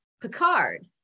picard